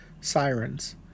Sirens